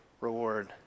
reward